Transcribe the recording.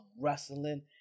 wrestling